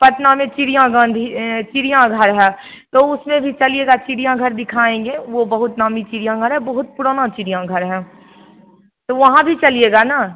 पटना में चिड़िया गाँधी यह चिड़ियाघर है तो उसमें भी चलिएगा चिड़ियाघर दिखाएँगे वह बहुत नामी चिड़ियाघर है बहुत पुराना चिड़ियाघर हैं तो वहाँ भी चलिएगा ना